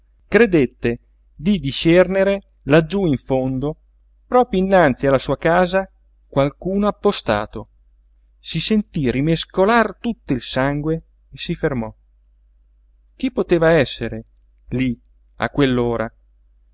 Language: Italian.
credette di discernere laggiú in fondo proprio innanzi alla sua casa qualcuno appostato si sentí rimescolar tutto il sangue e si fermò chi poteva essere lí a